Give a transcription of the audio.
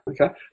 okay